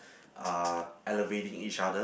uh elevating each other